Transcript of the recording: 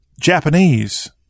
Japanese